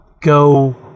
Go